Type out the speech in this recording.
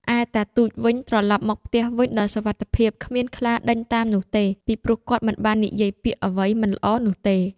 ឯតាទូចវិញត្រឡប់មកផ្ទះវិញដោយសុវត្តិភាព គ្មានខ្លាដេញតាមនោះទេ ពីព្រោះគាត់មិនបាននិយាយពាក្យអ្វីមិនល្អនោះទេ។